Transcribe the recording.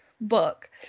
book